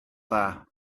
dda